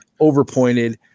overpointed